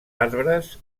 arbres